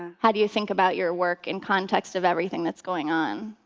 how do you think about your work in context of everything that's going on?